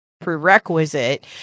prerequisite